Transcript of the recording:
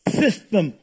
system